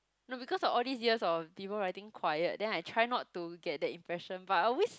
no because of all these years of people writing quiet then I try not to get the impression but I always